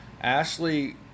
Ashley